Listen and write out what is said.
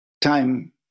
time